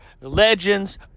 legends